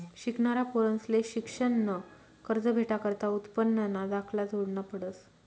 शिकनारा पोरंसले शिक्शननं कर्ज भेटाकरता उत्पन्नना दाखला जोडना पडस